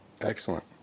Excellent